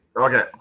Okay